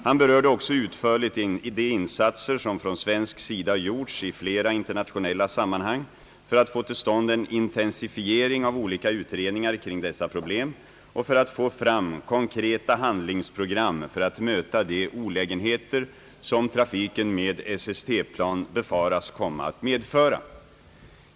Han berörde också utförligt de insatser som från svensk sida gjorts i flera internationella sammanhang för att få till stånd en intensifiering av olika utredningar kring dessa problem och för att få fram konkreta handlingsprogram för att möta de olägenheter som trafiken med SST-plan befaras komma att medföra.